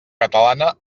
catalana